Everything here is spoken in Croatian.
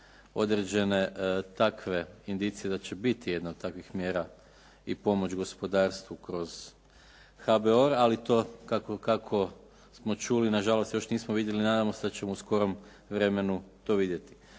određene takve indicije da će biti jedna od takvih mjera i pomoć gospodarstvu kroz HBOR ali to kako smo čuli nažalost još nismo vidjeli, nadam se da ćemo u skorom vremenu to vidjeti.